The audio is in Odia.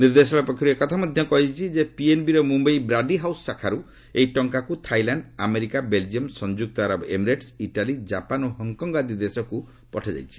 ନିର୍ଦ୍ଦେଶାଳୟ ପକ୍ଷରୁ ଏକଥା ମଧ୍ୟ କୁହାଯାଇଛି ଯେ ପିଏନ୍ବି ର ମୁମ୍ବାଇ ବ୍ରାଡି ହାଉସ୍ ଶାଖାରୁ ଏହି ଟଙ୍କାକୁ ଥାଇଲାଣ୍ଡ ଆମେରିକା ବେଲକିୟମ୍ ସଂଯୁକ୍ତ ଆରବ ଏମିରେଟସ୍ ଇଟାଲି ଜାପାନ୍ ଓ ହଙ୍କକଟ୍ଗ ଆଦି ଦେଶକୁ ପଠାଯାଇଛି